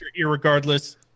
Irregardless